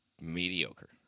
mediocre